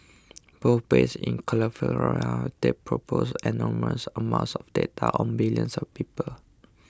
both based in California they possess enormous amounts of data on billions of people